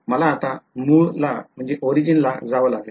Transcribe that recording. मला आता मूळला ला जावं लागेल